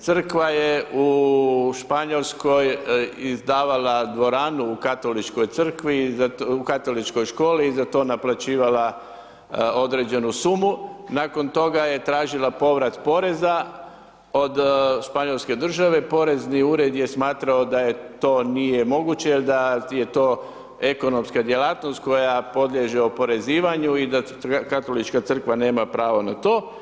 Crkva je u Španjolskoj izdavala dvoranu u katoličkoj školi, i za to naplaćivala određenu sumu, nakon toga je tražila povrat poreza od Španjolske države, porezni ured je smatrao da to nije moguće i da ti je to ekonomska djelatnost, koja podliježe oporezivanju i da Katolička crkva nema pravo na to.